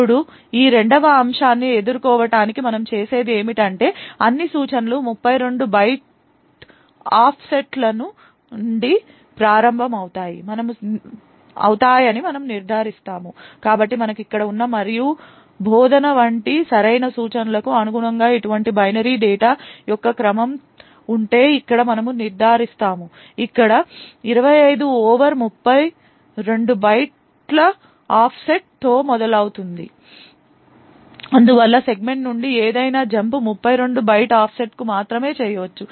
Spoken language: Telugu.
ఇప్పుడు ఈ రెండవ అంశాన్ని ఎదుర్కోవటానికి మనము చేసేది ఏమిటంటే అన్ని సూచనలు 32 బైట్ ఆఫ్సెట్ల నుండి ప్రారంభమవుతాయని మనము నిర్ధారిస్తాము కాబట్టి మనకు ఇక్కడ ఉన్న మరియు బోధన వంటి సరైన సూచనలకు అనుగుణంగా ఇటువంటి బైనరీ డేటా యొక్క క్రమం ఉంటే ఇక్కడ మనము నిర్ధారిస్తాము ఇక్కడ 25 ఓవర్ 32 బైట్ల ఆఫ్సెట్తో మొదలవుతుంది అందువల్ల సెగ్మెంట్ నుండి ఏదైనా జంప్ 32 బైట్ ఆఫ్సెట్కు మాత్రమే చేయవచ్చు